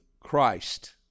Christ